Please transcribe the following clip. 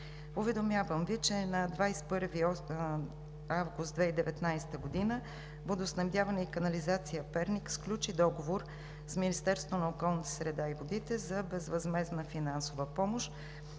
Уведомявам Ви, че на 21 август 2019 г. „Водоснабдяване и канализация“ – Перник, сключи договор с Министерството на околната среда и водите за безвъзмездна финансова помощ